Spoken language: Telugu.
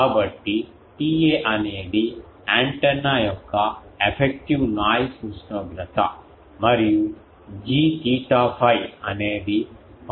కాబట్టి TA అనేది యాంటెన్నా యొక్క ఎఫెక్టివ్ నాయిస్ ఉష్ణోగ్రత మరియు G తీటా 𝝓 అనేది పవర్ గెయిన్ పాటర్న్